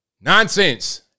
nonsense